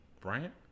Bryant